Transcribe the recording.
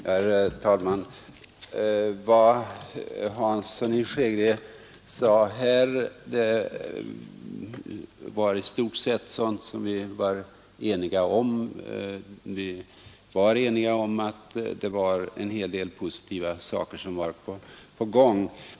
Herr talman! Vad herr Hansson i Skegrie sade här var i stort sett sådant som vi i utskottet var eniga om. Vi var eniga om att en del positiva saker var på gång.